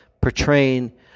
portraying